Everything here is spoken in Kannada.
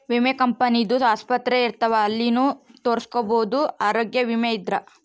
ವಿಮೆ ಕಂಪನಿ ದು ಆಸ್ಪತ್ರೆ ಇರ್ತಾವ ಅಲ್ಲಿನು ತೊರಸ್ಕೊಬೋದು ಆರೋಗ್ಯ ವಿಮೆ ಇದ್ರ